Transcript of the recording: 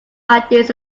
ideas